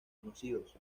conocidos